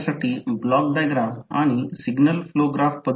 तर i1 i2 दाखवत आहे j L1 हे j M i2 असेल